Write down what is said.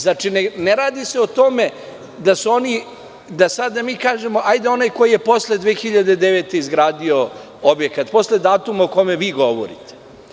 Znači, ne radi se o tome da sada mi kažemo – hajde onaj ko je posle 2009. godine izgradio objekat, posle datuma o kome vi govorite.